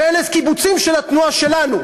ואלה קיבוצים של התנועה שלנו,